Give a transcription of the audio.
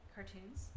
Cartoons